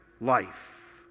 Life